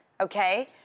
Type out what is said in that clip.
okay